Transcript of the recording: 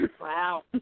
Wow